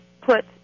put